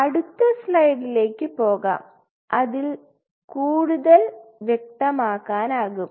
അടുത്ത സ്ലൈഡിലേക്ക് പോകാം അതിൽ കൂടുതൽ വ്യക്തമാക്കാനാവും